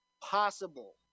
possible